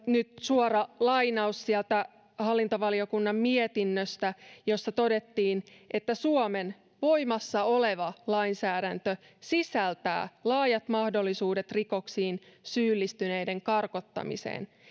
nyt suora lainaus sieltä hallintovaliokunnan mietinnöstä jossa todettiin suomen voimassa oleva lainsäädäntö sisältää laajat mahdollisuudet rikoksiin syyllistyneiden karkottamiseen